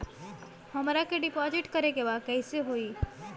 हमरा के डिपाजिट करे के बा कईसे होई?